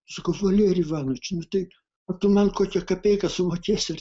sakau valerij ivanovič nu tai o tu man kokią kapeiką sumokėsi